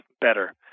better